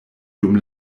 dum